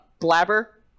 Blabber